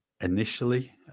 initially